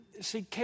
See